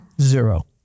Zero